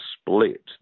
split